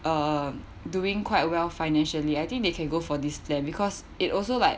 um doing quite well financially I think they can go for this leh because it also like